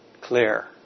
clear